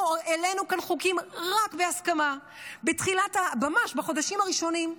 העלינו כאן חוקים רק בהסכמה ממש בחודשים הראשונים.